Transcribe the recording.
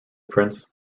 prince